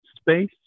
space